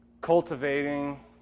cultivating